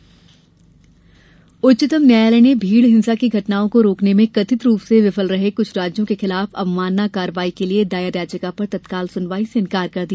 उच्चतम न्यायालय उच्चतम न्यायालय ने भीड हिंसा की घटनाओं को रोकने में कथित रूप से विफल रहे कुछ राज्यों के खिलाफ अवमानना कार्रवाई के लिये दायर याचिका पर तत्काल सुनवाई से इन्कार कर दिया